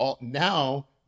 Now